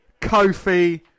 Kofi